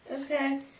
Okay